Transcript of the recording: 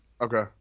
okay